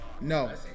No